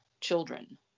children